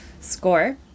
score